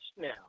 now